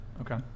Okay